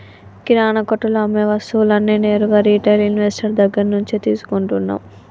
కిరణా కొట్టులో అమ్మే వస్తువులన్నీ నేరుగా రిటైల్ ఇన్వెస్టర్ దగ్గర్నుంచే తీసుకుంటన్నం